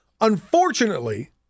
Unfortunately